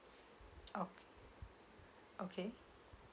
okay okay